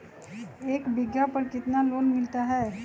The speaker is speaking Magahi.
एक बीघा पर कितना लोन मिलता है?